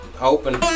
open